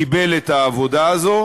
קיבל את העבודה הזאת,